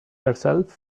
herself